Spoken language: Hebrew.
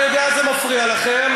אני יודע שזה מפריע לכם,